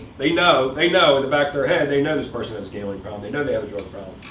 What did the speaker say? they know they know, in the back of her head, they know this person has a gambling problem. they know they have a drug problem.